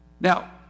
Now